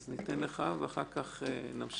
בבקשה.